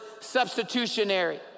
substitutionary